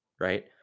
right